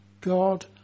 God